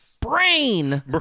Brain